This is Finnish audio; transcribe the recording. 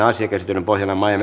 asia käsittelyn pohjana on maa ja